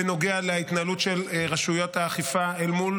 בנוגע להתנהלות של רשויות האכיפה אל מול